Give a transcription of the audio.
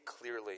clearly